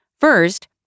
First